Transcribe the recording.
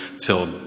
till